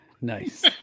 Nice